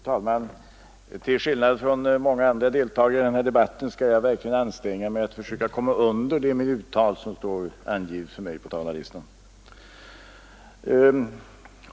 Fru talman! Till skillnad från många andra deltagare i denna debatt skall jag verkligen anstränga mig att komma under det minuttal som står angivet för mig på talarlistan.